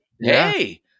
hey